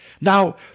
Now